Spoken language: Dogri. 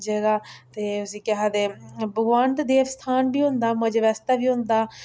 जेह्दा ते उसी केह् आखदे भगवान दा देव स्थान बी होंदा मज़े बास्तै बी होंदा